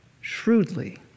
shrewdly